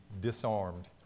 disarmed